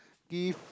give